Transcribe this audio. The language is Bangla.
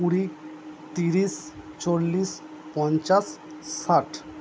কুড়ি তিরিশ চল্লিশ পঞ্চাশ ষাট